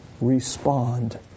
respond